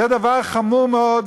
זה דבר חמור מאוד,